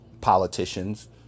politicians